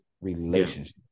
relationship